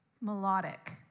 melodic